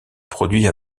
produit